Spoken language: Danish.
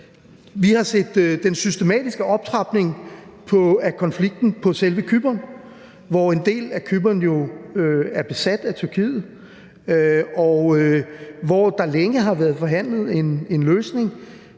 Vi har set den systematiske optrapning af konflikten på selve Cypern. En del af Cypern er jo besat af Tyrkiet, og der har længe været forhandlet en løsning.